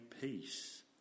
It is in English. peace